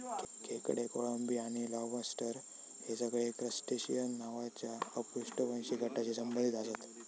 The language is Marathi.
खेकडे, कोळंबी आणि लॉबस्टर हे सगळे क्रस्टेशिअन नावाच्या अपृष्ठवंशी गटाशी संबंधित आसत